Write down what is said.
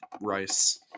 rice